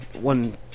one